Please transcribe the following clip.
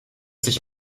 sich